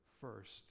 first